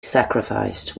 sacrificed